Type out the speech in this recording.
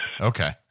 Okay